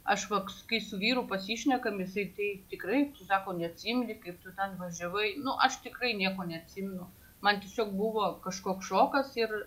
aš vaks kai su vyru pasišnekam jisai tai tikrai sako neatsimeni kaip tu ten važiavai nu aš tikrai nieko neatsimenu man tiesiog buvo kažkoks šokas ir